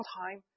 time